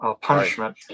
punishment